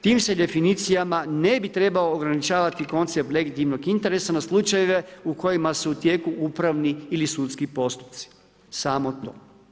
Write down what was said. Tim se definicijama ne bi trebao ograničavati koncept legitimnog interesa na slučajeve u kojima su u tijeku upravni ili sudski postupci, samo to.